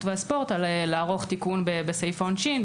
והספורט על עריכת תיקון בסעיף העונשין,